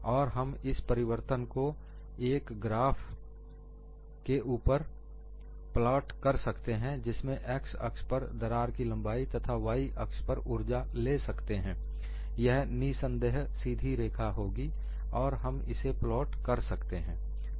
और हम इस परिवर्तन को एक ग्राफ के ऊपर प्लॉट कर सकते हैं जिसमें X अक्ष पर दरार की लंबाई तथा Y अक्ष पर ऊर्जा ले सकते हैं यह निसंदेह सीधी रेखा होगी और हम इसे प्लॉट कर सकते हैं